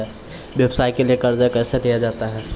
व्यवसाय के लिए कर्जा कैसे लिया जाता हैं?